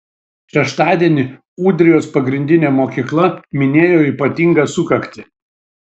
šeštadienį ūdrijos pagrindinė mokykla minėjo ypatingą sukaktį